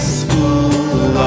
school